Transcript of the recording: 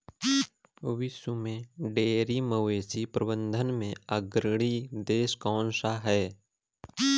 विश्व में डेयरी मवेशी प्रबंधन में अग्रणी देश कौन सा है?